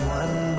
one